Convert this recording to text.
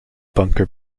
bunker